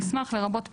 "מסמך" לרבות פלט,